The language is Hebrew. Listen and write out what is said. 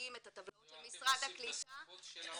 ויודעים את הטבלאות של משרד הקליטה --- אתם עושים את זה בשפת העולים?